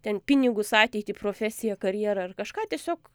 ten pinigus ateitį profesiją karjerą ar kažką tiesiog